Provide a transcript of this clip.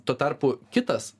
tuo tarpu kitas